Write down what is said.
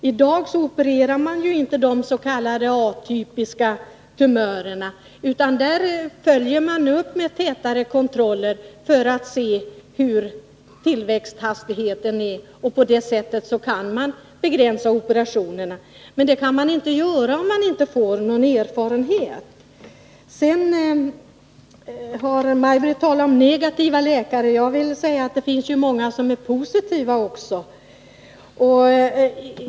I dag opererar man inte de s.k. atypiska tumörerna, utan i de fallen följer man upp med tätare kontroller för att se hur hög tillväxthastigheten är, och på det sättet kan man begränsa antalet operationer. Den vägen kan man inte gå när det gäller brösteancerfallen, om man inte har någon erfarenhet. Maj Britt Theorin talade om negativa läkare, men jag vill säga att det också finns många läkare som är positiva.